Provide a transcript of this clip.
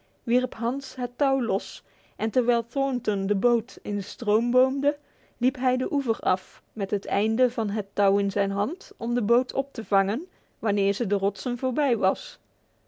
wierp hans het touw los en terwijl thornton de boot in de stroom boomde liep hij de oever af met het eind van het touw in zijn hand om de boot op te vangen wanneer ze de rotsen voorbij was